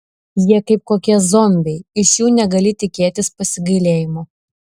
jie kaip kokie zombiai iš jų negali tikėtis pasigailėjimo